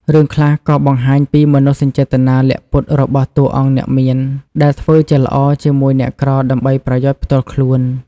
រឿងខ្លះក៏បង្ហាញពី មនោសញ្ចេតនាលាក់ពុត របស់តួអង្គអ្នកមាន ដែលធ្វើជាល្អជាមួយអ្នកក្រដើម្បីប្រយោជន៍ផ្ទាល់ខ្លួន។